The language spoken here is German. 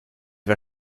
war